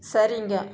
சரிங்க